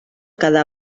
quedar